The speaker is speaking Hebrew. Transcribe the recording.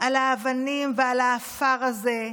על האבנים ועל העפר הזה,